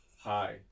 Hi